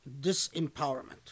disempowerment